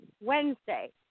Wednesday